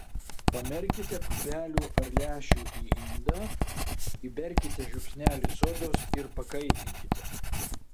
pamerkite pupelių ar lęšių į indą įberkite žiupsnelį sodos ir pakaitinkite